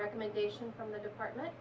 recommendation from the department